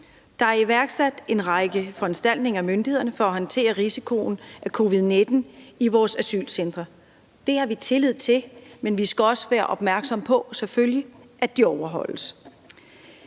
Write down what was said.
Der er iværksat en række foranstaltninger af myndighederne for at håndtere risikoen af covid-19 i vores asylcentre. Det har vi tillid til, men vi skal selvfølgelig også være opmærksomme på, at de overholdes.